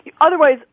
Otherwise